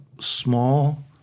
small